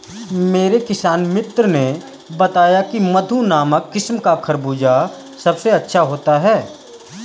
मेरे किसान मित्र ने बताया की मधु नामक किस्म का खरबूजा सबसे अच्छा होता है